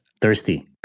Thirsty